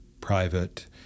private